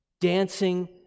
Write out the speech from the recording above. dancing